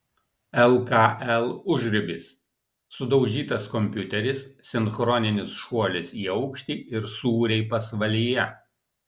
lkl užribis sudaužytas kompiuteris sinchroninis šuolis į aukštį ir sūriai pasvalyje